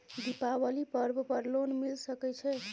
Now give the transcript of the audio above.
दीपावली पर्व पर लोन मिल सके छै?